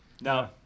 No